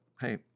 hey